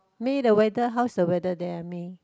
May the weather how is the weather there May